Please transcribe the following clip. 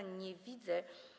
Nie widzę.